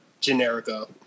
Generico